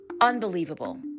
Unbelievable